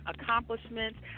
accomplishments